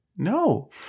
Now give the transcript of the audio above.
No